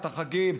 את החגים,